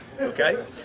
okay